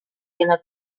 cannot